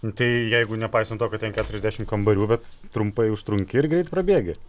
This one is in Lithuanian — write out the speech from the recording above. nu tai jeigu nepaisant to kad ten keturiasdešim kambarių vat trumpai užtrunki ir greit prabėgi